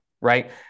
right